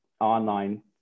online